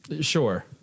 Sure